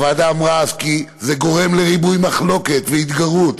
הוועדה אמרה אז כי זה גורם לריבוי מחלוקת והתגרות,